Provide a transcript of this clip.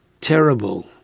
terrible